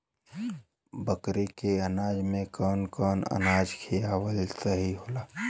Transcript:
बकरी के अनाज में कवन अनाज खियावल सही होला?